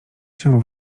się